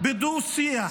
בדו-שיח